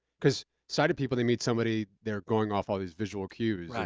cause sighted people, they meet somebody, they're going off all these visual cues. right.